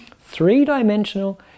Three-dimensional